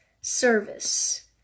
service